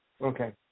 Okay